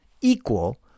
equal